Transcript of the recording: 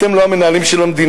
אתם לא המנהלים של המדינה,